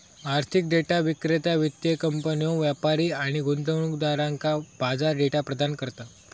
आर्थिक डेटा विक्रेता वित्तीय कंपन्यो, व्यापारी आणि गुंतवणूकदारांका बाजार डेटा प्रदान करता